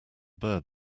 bird